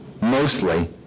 mostly